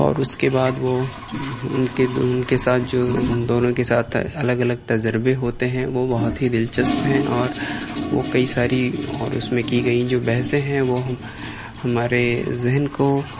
اور اس کے بعد وہ ان کے دو ان کے ساتھ جو دونوں کے ساتھ الگ الگ تجربے ہوتے ہیں وہ بہت ہی دلچسپ ہیں اور وہ کئی ساری اور اس میں کی گئی جو بحثیں ہیں وہ ہم ہمارے ذہن کو